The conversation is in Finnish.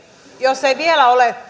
jos ei vielä ole